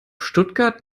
stuttgart